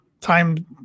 time